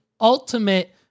ultimate